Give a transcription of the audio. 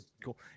cool